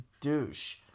douche